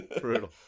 Brutal